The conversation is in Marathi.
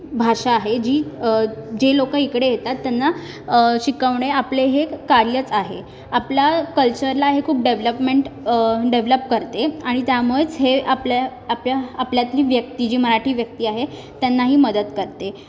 भाषा आहे जी जे लोकं इकडे येतात त्यांना शिकवणे आपले हे कार्यच आहे आपल्या कल्चरला ही खूप डेवलपमेंट डेवलप करते आणि त्यामुळेच हे आपल्या आपल्या आपल्यातली व्यक्ती जी मराठी व्यक्ती आहे त्यांनाही मदत करते ते